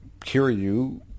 Kiryu